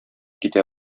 китә